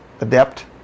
adept